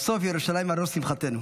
בסוף ירושלים על ראש שמחתנו.